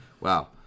wow